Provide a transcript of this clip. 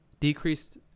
decreased